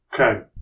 Okay